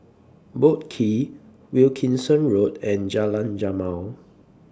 Boat Quay Wilkinson Road and Jalan Jamal